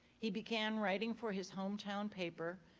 he began writing for his hometown paper,